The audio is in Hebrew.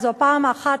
זו הפעם האחת,